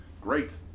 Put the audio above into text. Great